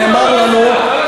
תאריכו אותו לכל השנה.